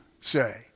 say